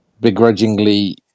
begrudgingly